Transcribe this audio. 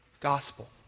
Gospel